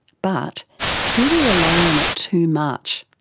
but do we rely on it too much?